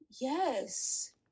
Yes